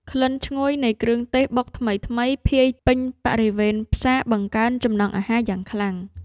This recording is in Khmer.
ក្លិនឈ្ងុយនៃគ្រឿងទេសបុកថ្មីៗភាយពេញបរិវេណផ្សារបង្កើនចំណង់អាហារយ៉ាងខ្លាំង។